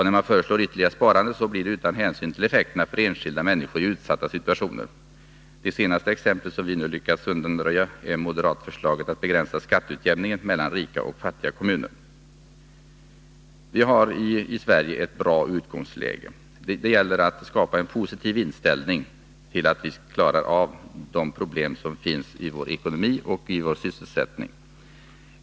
När de föreslår ytterligare sparande, gör de det utan hänsyn till effekterna för enskilda människor i utsatta situationer. Det senaste exemplet är moderatförslaget — som vi nu lyckats undanröja — att begränsa skatteutjämningen mellan rika och fattiga kommuner. Vi har i Sverige ett bra utgångsläge. Det gäller att skapa en positiv inställning till att vi skall klara av de problem som finns i vår ekonomi och när det gäller vår sysselsättning.